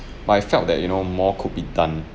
but I felt that you know more could be done